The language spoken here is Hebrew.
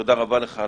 תודה רבה.